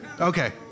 Okay